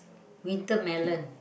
wintermelon